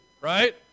right